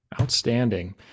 Outstanding